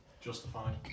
Justified